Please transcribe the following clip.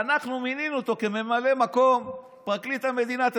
אנחנו מינינו אותו לממלא מקום פרקליט המדינה,